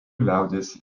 liaudies